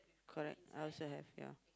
correct I also have ya